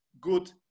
good